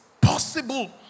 possible